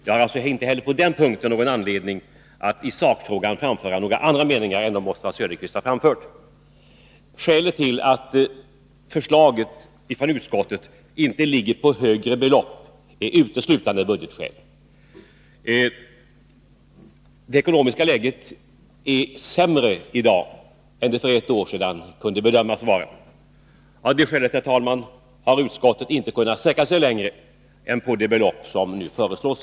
Jag har alltså inte heller på den punkten anledning att i den frågan framföra några andra meningar än Oswald Söderqvist. Skälet till att förslaget från utskottet inte ligger på högre belopp är uteslutande budgetmässigt. Det ekonomiska läget är sämre i dag än det för ett år sedan kunde bedömas vara. Av det skälet, herr talman, har utskottet inte kunnat sträcka sig längre än till det belopp som nu föreslås.